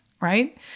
right